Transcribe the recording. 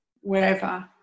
wherever